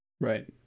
Right